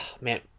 Man